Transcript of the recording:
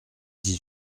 dix